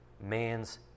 man's